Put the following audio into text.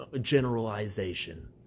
generalization